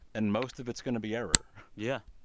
and most of it's going to be error yeah.